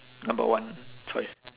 number one choice